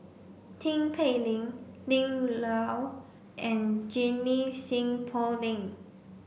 Tin Pei Ling Lim Yau and Junie Sng Poh Leng